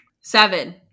seven